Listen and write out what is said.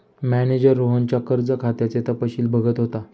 manager रोहनच्या कर्ज खात्याचे तपशील बघत होता